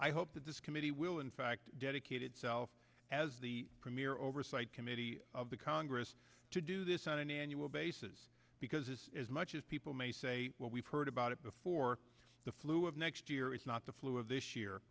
i hope that this committee will in fact dedicated self as the premier oversight committee of the congress to do this on an annual basis because as much as people may say well we've heard about it before the flu of next year it's not the flu of this year